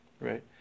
right